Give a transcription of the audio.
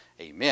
Amen